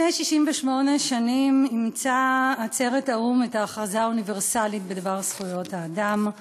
לפני 68 שנים אימצה עצרת האו"ם את ההכרזה האוניברסלית בדבר זכויות האדם.